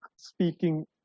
Speaking